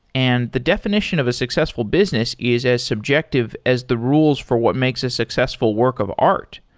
and the definition of a successful business is as subjective as the rules for what makes a successful work of art.